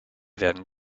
werden